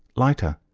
lighter,